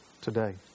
today